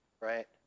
right